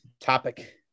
topic